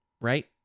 Right